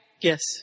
Yes